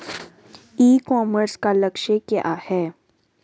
ई commerce का लक्ष्य क्या है?